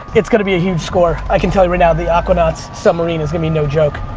it's gonna be a huge score, i can tell you right now, the aquanauts submarine is gonna be no joke.